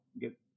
get